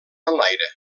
enlaire